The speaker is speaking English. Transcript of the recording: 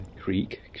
creek